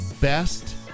best